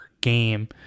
game